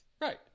Right